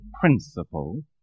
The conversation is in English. principle